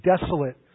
desolate